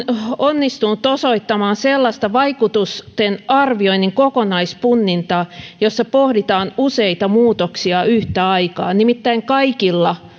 onnistunut osoittamaan sellaista vaikutusten arvioinnin kokonaispunnintaa jossa pohditaan useita muutoksia yhtä aikaa nimittäin kaikilla